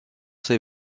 ses